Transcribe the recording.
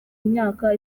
imyaka